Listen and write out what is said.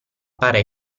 pare